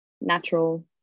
natural